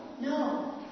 No